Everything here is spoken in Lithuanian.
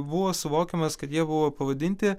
buvo suvokiamas kad jie buvo pavadinti